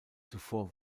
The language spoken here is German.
zuvor